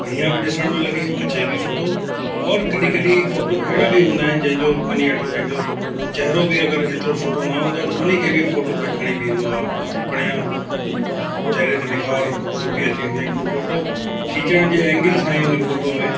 बढ़िया बि ॾिसण में लॻे अचे बि सुठो और कॾहिं कॾहिं फ़ोटो अहिड़ा बि हूंदा आहिनि जंहिंजो मञी वठो कंहिंजो चहिरो बि अगरि एतिरो सुठो न हूंदो त हुनखे बि फ़ोटो खे खणी बीहंदो आहे एतिरो बढ़िया चहिरे ते निखार और ख़ूबसुरती अची वेंदी आहे कि उहा फ़ोटो खिचण जे एंगल सां ई उन्हीअ फ़ोटो में